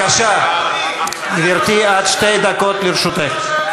בבקשה, גברתי, עד שתי דקות לרשותך.